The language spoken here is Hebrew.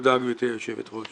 תודה גברתי היושבת ראש